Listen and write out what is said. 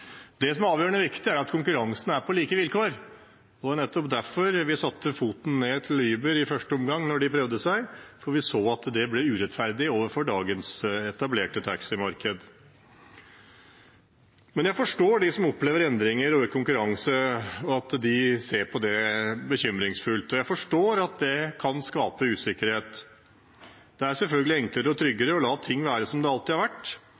Det som er avgjørende viktig, er at konkurransen skjer på like vilkår, og det er nettopp derfor vi i første omgang satte foten ned for Uber da de prøvde seg, for vi så at det ble urettferdig overfor dagens etablerte taximarked. Men jeg forstår dem som opplever endringer og økt konkurranse, og at de ser på det som bekymringsfullt. Jeg forstår at det kan skape usikkerhet. Det er selvfølgelig enklere og tryggere å la ting være som det alltid har vært,